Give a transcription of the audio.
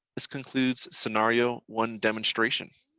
this concludes scenario one demonstration.